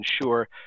ensure